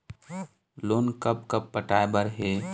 Loan कब कब पटाए बर हे?